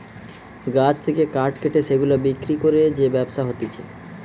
গাছ থেকে কাঠ কেটে সেগুলা বিক্রি করে যে ব্যবসা হতিছে